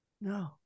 No